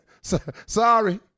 Sorry